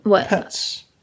pets